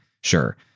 sure